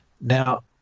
Now